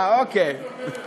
אה, אוקיי.